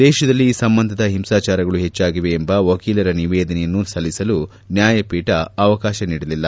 ದೇಶದಲ್ಲಿ ಈ ಸಂಬಂಧದ ಹಿಂಸಾಚಾರಗಳು ಹೆಚ್ಚಾಗಿವೆ ಎಂಬ ವಕೀಲರ ನಿವೇದನೆಯನ್ನು ಸಲ್ಲಿಸಲು ನ್ಯಾಯಪೀಠ ಅವಕಾಶ ನೀಡಲಿಲ್ಲ